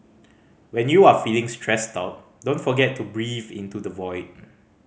when you are feeling stressed out don't forget to breathe into the void